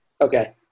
Okay